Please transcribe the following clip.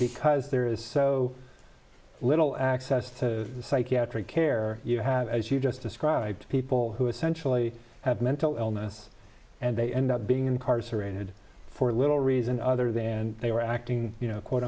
because there is so little access to psychiatric care you have as you just described people who essentially have mental illness and they end up being incarcerated for little reason other than they were acting you know quote